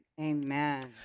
Amen